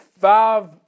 Five